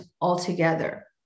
altogether